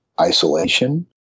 isolation